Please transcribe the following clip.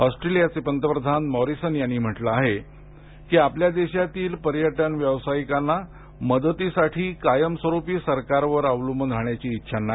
ऑस्ट्रेलियाचे पंतप्रधान मोरीसन यांनी म्हटलं आहे की आपल्या देशातील पर्यटन व्यावसायिकांना मदतीसाठी कायम स्वरूपी सरकारवर अवलंबून राहण्याची इच्छा नाही